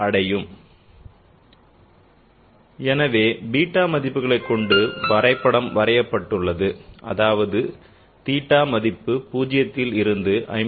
ஆகவே பீட்டா மதிப்புகளை கொண்டு வரைபடம் வரையப்பட்டுள்ளது அதாவது thetas மதிப்பு 0 ல் இருந்து 54